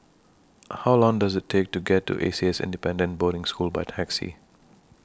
How Long Does IT Take to get to A C S Independent Boarding School By Taxi